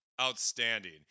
outstanding